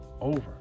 over